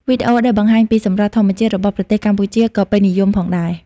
វីដេអូដែលបង្ហាញពីសម្រស់ធម្មជាតិរបស់ប្រទេសកម្ពុជាក៏ពេញនិយមផងដែរ។